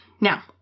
Now